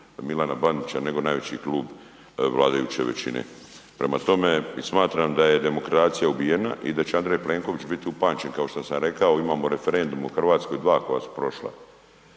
Milana Bandića nego najveći klub vladajuće većine. Prema tome, smatram da je demokracija ubijena i da će Andrej Plenković bio upamćen kao što sam rekao, imamo referendum u Hrvatskoj dva koja su prošla,